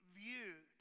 viewed